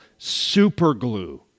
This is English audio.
superglue